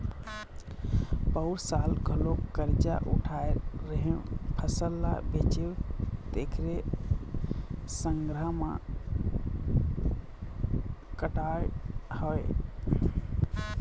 पउर साल घलोक करजा उठाय रेहेंव, फसल ल बेचेंव तेखरे संघरा म कटवाय हँव